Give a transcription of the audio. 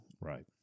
Right